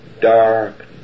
dark